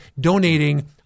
donating